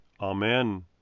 Amen